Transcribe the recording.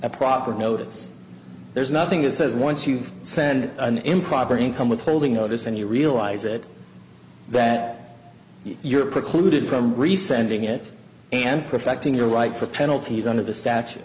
a proper notice there's nothing that says once you've sent an improper income withholding notice and you realize that that you're precluded from re sending it and perfecting your right for penalties under the statu